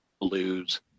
blues